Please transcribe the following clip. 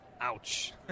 Ouch